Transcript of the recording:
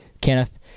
Kenneth